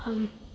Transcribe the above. આમ